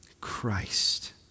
Christ